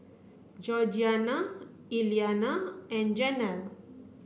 Georgianna Iliana and Janell